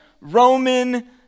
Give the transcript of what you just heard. Roman